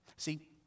See